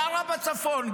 גרה בצפון,